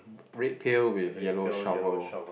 red pail with yellow shovel